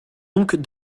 donc